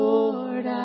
Lord